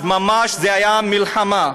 זו הייתה ממש מלחמה.